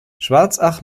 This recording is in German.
schwarzach